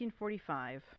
1945